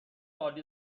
عالی